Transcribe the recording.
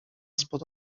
spod